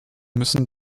müssen